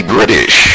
British